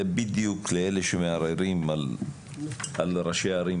זה בדיוק אלה שמערערים על ראשי הערים.